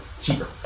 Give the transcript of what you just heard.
cheaper